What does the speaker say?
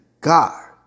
God